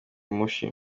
mushi